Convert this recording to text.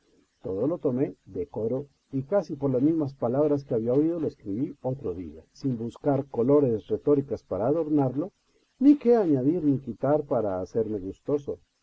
todo lo tomé de coro y casi por las mismas palabras que había oído lo escribí otro día sin buscar colores retóricas para adornarlo ni qué añadir ni quitar para hacerle gustoso